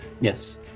Yes